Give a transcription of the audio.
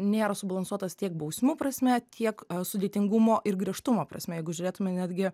nėra subalansuotas tiek bausmių prasme tiek sudėtingumo ir griežtumo prasme jeigu žiūrėtume netgi